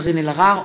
קארין אלהרר,